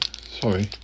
Sorry